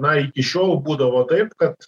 na iki šiol būdavo taip kad